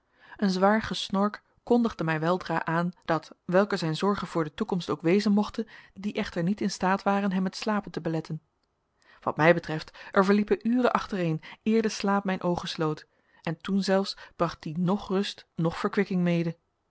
een zwaar gesnork kondigde mij weldra aan dat welke zijn zorgen voor de toekomst ook wezen mochten die echter niet in staat waren hem het slapen te beletten wat mij betreft er verliepen uren achtereen eer de slaap mijn oogen sloot en toen zelfs bracht die noch rust noch verkwikking mede